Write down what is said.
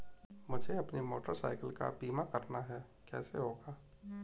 मुझे अपनी motorcycle का बीमा करना है कैसे होगा?